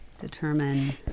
determine